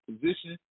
position